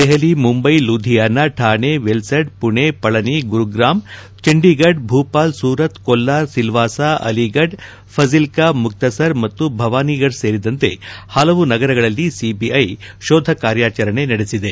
ದೆಹಲಿ ಮುಂದೈ ಲೂದಿಯಾನ ಥಾಣೆ ವೆಲ್ಸಡ್ ಪುಣೆ ಪಳನಿ ಗುರುಗಾಮ್ ಚಂಡೀಫಡ್ ಭೂಪಾಲ್ ಸೂರತ್ ಕೊಲ್ಲಾರ್ ಸಲ್ಲಾಸ ಅಲಿಗಢ್ ಫಜಿಲ್ಲಾ ಮುಕ್ತಸರ್ ಮತ್ತು ಭವಾನಿಗಡ್ ಸೇರಿದಂತೆ ಹಲವು ನಗರಗಳಲ್ಲಿ ಸಿಬಿಐ ಶೋಧಕಾರ್ಯಾಚರಣೆ ನಡೆಸಿದೆ